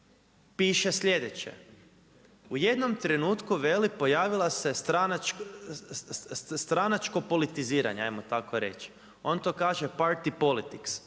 piše slijedeće u jednom trenutku, veli, pojavila se stranačko politiziranje, ajmo tako reći, on to kaže party politics,